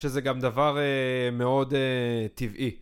שזה גם דבר מאוד טבעי.